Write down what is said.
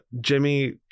jimmy